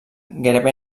gairebé